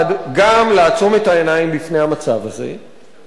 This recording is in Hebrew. גם לעצום את העיניים לפני המצב הזה ולהגיד: